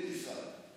הלכה שנייה לשירותים.